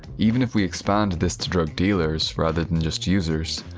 even if we expand this to drug dealers, rather than just users,